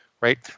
right